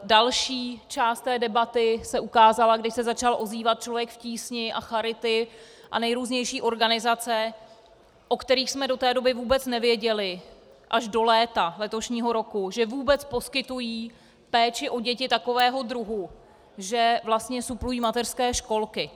Další část debaty se ukázala, když se začal ozývat Člověk v tísni, charity a nejrůznější organizace, o kterých jsme do té doby vůbec nevěděli, až do léta letošního roku, že vůbec poskytují péči o děti takového druhu, že vlastně suplují mateřské školky.